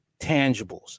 tangibles